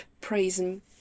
prism